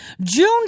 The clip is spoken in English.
June